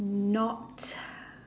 not